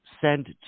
send